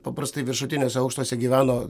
paprastai viršutiniuose aukštuose gyveno